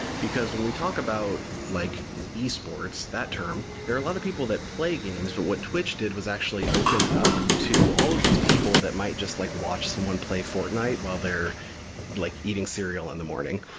because when we talk about like esports, that term, there are a lot of people that play games. but what twitch did was actually opened it up to all of these people that might just like watch someone play fortnite while they're like eating cereal in the morning.